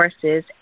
courses